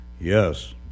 Yes